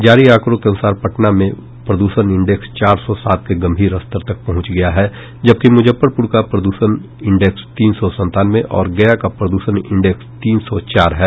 जारी आंकड़ों के अनुसार पटना में प्रद्षण इंडेक्स चार सौ सात के गंभीर स्तर तक पहुंच गया है जबकि मुजफ्फरपुर का प्रद्षण इंडेक्स तीन सौ संतानवे और गया का प्रद्षण इंडेक्स तीन सौ चार है